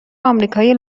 آمریکای